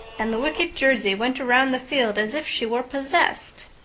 and the wicked jersey went around the field as if she were possessed.